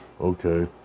okay